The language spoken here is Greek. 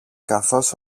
καθώς